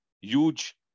huge